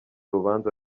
rubanza